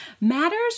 matters